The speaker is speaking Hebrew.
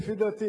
לדעתי,